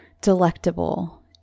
delectable